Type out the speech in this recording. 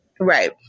Right